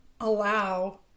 allow